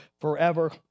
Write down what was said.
forever